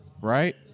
right